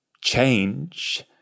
change